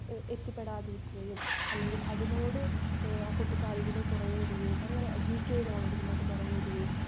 എത്തിപ്പെടാതിരിക്കുകയും അല്ലെങ്കിൽ അതിനോട് കുട്ടിക്ക് അറിവുകൾ കുറഞ്ഞ് വരികയും അങ്ങനെ ജി കെ നോളജിനോട് കുറവ് വരികയും